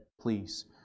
Please